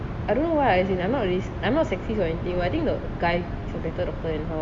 I'm not racis~ I'm not sexist or anything but I think the guy is a better doctor than her